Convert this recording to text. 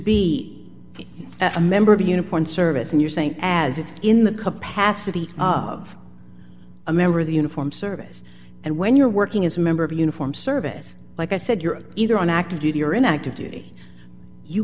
a member of uniformed service and you're saying as it's in the capacity of a member of the uniform service and when you're working as a member of uniform service like i said you're either on active duty or in active duty you